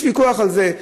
יש ויכוח על זה.